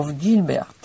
Gilbert